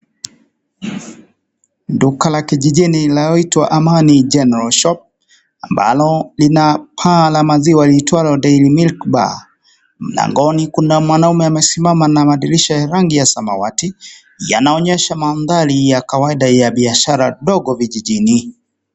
Nduka la kijijini linaloitwa Amani General Shop ambalo, lina paa la maziwa liitwalo daily milk bar. Mlangoni kuna mwanaume ya mesimama na madirisha ya rangi ya samawati, yanaonyesha mandhari ya kawaida ya biashara dogo vijijini.